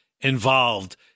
involved